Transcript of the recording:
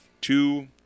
two